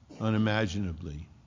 unimaginably